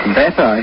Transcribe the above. better